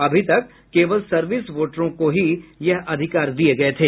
अभी तक केवल सर्विस वोटरों को ही यह अधिकार दिये गये थे